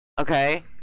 Okay